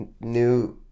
new